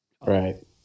Right